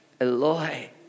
Eloi